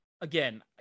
again